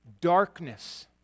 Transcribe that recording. darkness